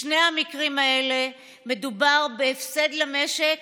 בשני המקרים האלה מדובר בהפסד למשק